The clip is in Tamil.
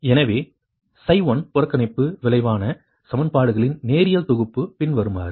எனவே 1புறக்கணிப்பு விளைவான சமன்பாடுகளின் நேரியல் தொகுப்பு பின்வருமாறு